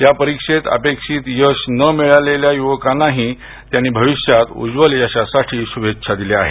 या परीक्षेत अपेक्षित यश न मिळालेल्या युवकांनाही त्यांनी भविष्यात उज्ज्वल यशासाठी शुभेच्छा दिल्या आहेत